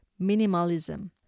Minimalism